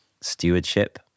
stewardship